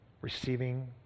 receiving